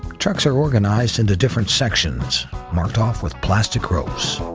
trucks are organized into different sections marked off with plastic ropes.